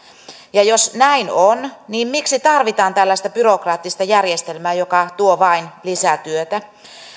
jos näin on niin miksi tarvitaan tällaista byrokraattista järjestelmää joka tuo vain lisää työtä